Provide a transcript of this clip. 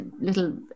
little